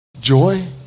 joy